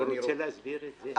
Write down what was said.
רוצה להסביר את העניין הזה.